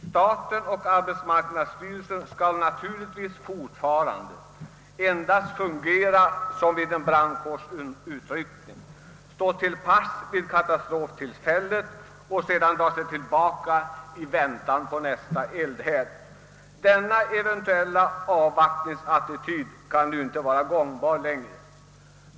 Staten och = arbetsmarknadsstyrelsen skall naturligtvis fortfarande endast fungera som vid en brandkårsutryckning, stå till pass vid katastroftillfällen och sedan dra sig tillbaka i väntan på nästa eldhärd. Denna avvaktande attityd kan inte vara gångbar längre.